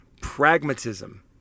pragmatism